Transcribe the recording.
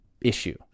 issue